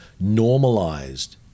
normalized